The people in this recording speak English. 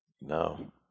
No